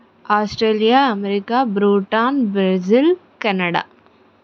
Australia America Britain Brazil Canada